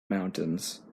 mountains